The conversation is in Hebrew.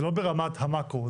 זה לא ברמת המקרו.